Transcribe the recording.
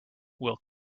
will